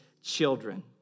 children